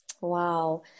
Wow